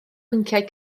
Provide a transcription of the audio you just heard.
pynciau